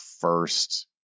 first